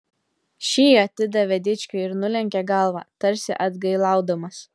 šį atidavė dičkiui ir nulenkė galvą tarsi atgailaudamas